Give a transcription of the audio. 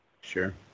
Sure